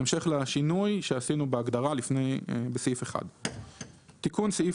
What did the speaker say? בהמשך לשינוי שעשינו בהגדרה בסעיף 1. "תיקון סעיף